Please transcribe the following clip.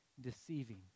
deceiving